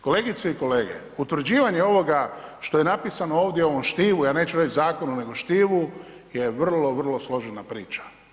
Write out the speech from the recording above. Kolegice i kolege, utvrđivanje ovoga što je napisano ovdje u ovom štivu, ja neću reći zakonu nego štivu je vrlo, vrlo složena priča.